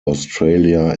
australia